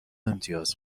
امتیاز